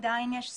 עדיין יש שריפות.